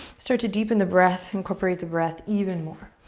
start to deepen the breath, incorporate the breath even more.